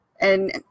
and-